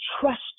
trust